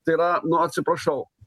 tai yra nu atsiprašau